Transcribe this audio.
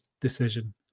decision